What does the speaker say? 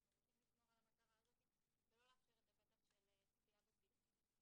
אנחנו רוצים לשמור על המטרה הזו ולא לאפשר את הפתח של צפייה בצילומים.